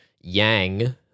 Yang